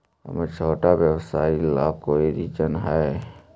हमर छोटा व्यवसाय ला कोई ऋण हई?